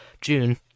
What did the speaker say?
june